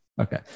Okay